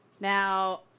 Now